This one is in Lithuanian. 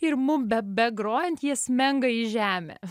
ir mum be begrojant jie smenga į žemę